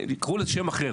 שיקרא לזה בשם אחר,